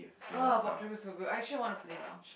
ah Poptropica's so good I actually wanna play now